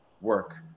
work